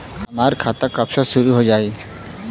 हमार खाता कब से शूरू हो जाई?